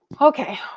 Okay